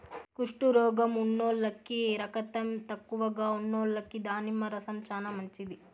కుష్టు రోగం ఉన్నోల్లకి, రకతం తక్కువగా ఉన్నోల్లకి దానిమ్మ రసం చానా మంచిది